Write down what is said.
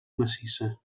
massissa